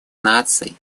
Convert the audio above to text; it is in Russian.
наций